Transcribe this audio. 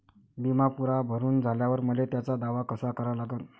बिमा पुरा भरून झाल्यावर मले त्याचा दावा कसा करा लागन?